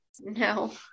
No